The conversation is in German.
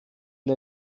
den